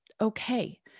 okay